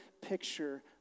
picture